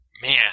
Man